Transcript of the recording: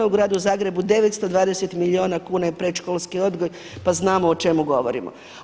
U gradu Zagrebu 920 milijuna kuna je predškolski odgoj, pa znamo o čemu govorimo.